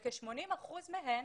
וכ-80% מהן,